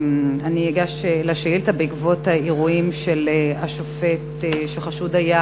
אני אגש לשאילתה: בעקבות האירועים של השופט שחשוד היה